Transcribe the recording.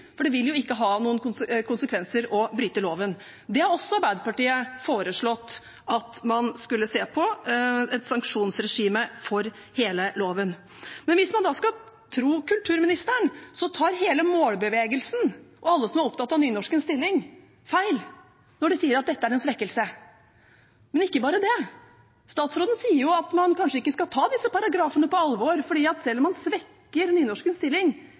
for det vil ikke ha noen konsekvenser å bryte loven. Det har da også Arbeiderpartiet foreslått at man skulle se på: et sanksjonsregime for hele loven. Men hvis man skal tro kulturministeren, tar hele målbevegelsen og alle som er opptatt av nynorskens stilling, feil når de sier at dette er en svekkelse. Men ikke bare det: Statsråden sier jo at man kanskje ikke skal ta disse paragrafene på alvor, for selv om man svekker nynorskens stilling